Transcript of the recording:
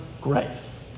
grace